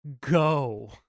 go